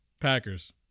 Packers